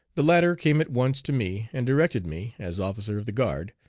the latter came at once to me and directed me, as officer of the guard,